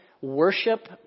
worship